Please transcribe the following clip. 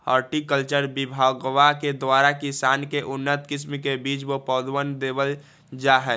horticulture विभगवा के द्वारा किसान के उन्नत किस्म के बीज व पौधवन देवल जाहई